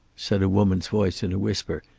said a woman's voice in a whisper.